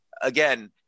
again